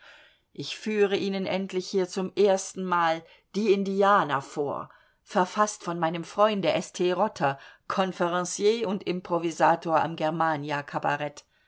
ich führe ihnen endlich hier zum erstenmal die indianer vor verfaßt von meinem freunde st rotter confrencier und improvisator am germania cabaret